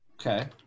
Okay